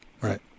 Right